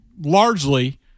largely